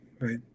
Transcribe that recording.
right